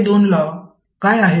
हे दोन लॉ काय आहेत